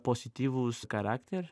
pozityvus charakter